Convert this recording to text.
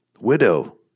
widow